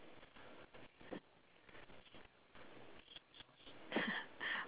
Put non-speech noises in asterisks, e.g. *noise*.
*laughs*